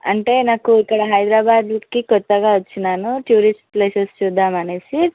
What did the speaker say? అంటే నాకు ఇక్కడ హైదరాబాద్కి క్రొత్తగా వచ్చినాను టూరిస్ట్ ప్లేసెస్ చూద్దామని చూద్దామనేసి